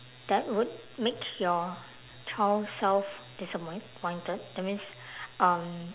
that would make your child self disappoi~ ~pointed that means um